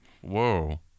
Whoa